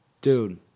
dude